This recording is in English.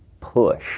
push